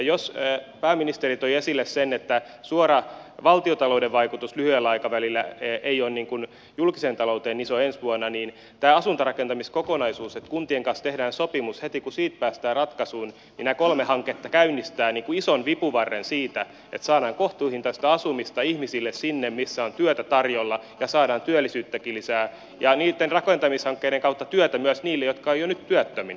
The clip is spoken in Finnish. jos pääministeri toi esille sen että valtiontalouden suora vaikutus julkiseen talouteen lyhyellä aikavälillä ei ole iso ensi vuonna niin heti kun tästä asuntorakentamiskokonaisuudesta että kuntien kanssa tehdään sopimus päästään ratkaisuun nämä kolme hanketta käynnistävät ison vipuvarren siitä että saadaan kohtuuhintaista asumista ihmisille sinne missä on työtä tarjolla ja saadaan työllisyyttäkin lisää ja niitten rakentamishankkeiden kautta työtä myös niille jotka ovat jo nyt työttöminä